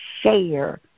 share